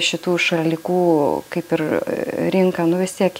šitų šalikų kaip ir rinka nu vis tiek